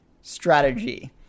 strategy